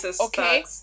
okay